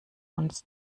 uns